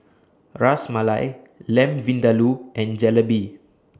Ras Malai Lamb Vindaloo and Jalebi